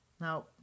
Now